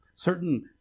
certain